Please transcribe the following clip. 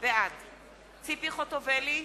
בעד ציפי חוטובלי,